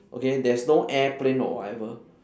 okay there's no airplane or whatever